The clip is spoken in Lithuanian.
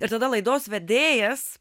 ir tada laidos vedėjas